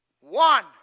one